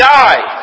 die